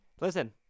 Listen